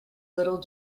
little